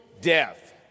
death